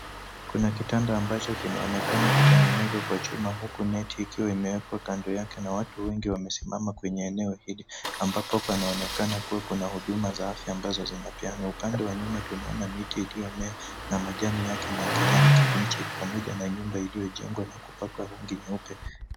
Kuna kitanda ambacho kinaonekana kutengenezwa kwa chuma huku net ikiwa imewekwa kando yake na watu wengi wamesimama kwenye eneo hili ambapo panaonekana kuwa kuna huduma za afya ambazo zinapeanwa. Upande wa nyuma tunaona miti ya mimea na majani yake ni ya kijani kibichi pamoja na nyumba iliyojengwa na kupakwa rangi nyeupe.